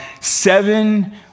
seven